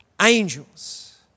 Angels